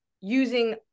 using